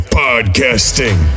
podcasting